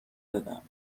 دادم